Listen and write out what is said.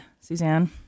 Suzanne